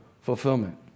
fulfillment